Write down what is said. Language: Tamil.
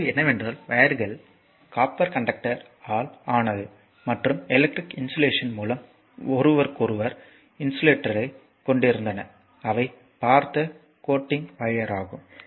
ஆனால் கேள்வி என்னவென்றால் வையர்கள் காப்பர் கண்டக்டர் ஆல் ஆனது மற்றும் எலக்ட்ரிக் இன்சுலேஷன் மூலம் ஒருவருக்கொருவர் இன்சுலேட்டரைக் கொண்டிருந்தன அவை பார்த்த கோட்டிங் வையர் ஆகும்